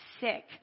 sick